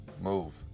Move